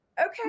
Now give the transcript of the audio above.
Okay